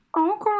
Okay